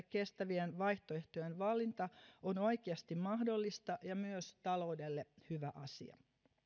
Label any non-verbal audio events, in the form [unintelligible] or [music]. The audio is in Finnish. [unintelligible] kestävien vaihtoehtojen valinta on oikeasti mahdollista ja myös taloudelle hyvä asia